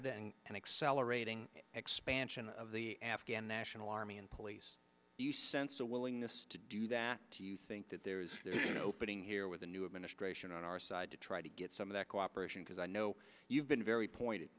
and and accelerating expansion of the afghan national army and police do you sense a willingness to do that do you think that there is opening here with a new administration on our side to try to get some of that cooperation because i know you've been very pointed